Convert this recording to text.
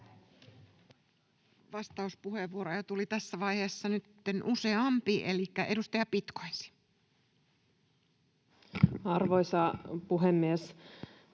Vastauspuheenvuoroja tuli tässä vaiheessa nyt useampi. — Elikkä edustaja Pitko ensin. [Speech